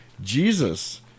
Jesus